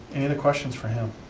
and questions for him?